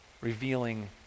Revealing